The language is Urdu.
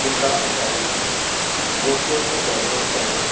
کس طرح میں چاہیے گوشت ووشت میں چاہیے گوشت چاہیے